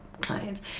clients